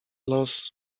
los